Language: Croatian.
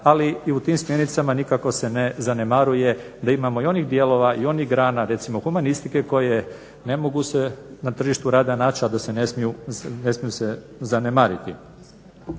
ali i u tim smjernicama nikako se ne zanemaruje da imamo i onih dijelova i onih grana recimo humanističke koje ne mogu se na tržištu rada naći a da se ne smiju se zanemariti.